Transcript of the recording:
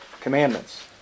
commandments